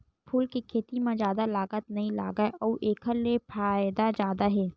फूल के खेती म जादा लागत नइ लागय अउ एखर ले फायदा जादा हे